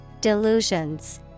delusions